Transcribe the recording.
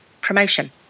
promotion